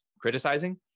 criticizing